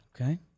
Okay